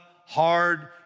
hard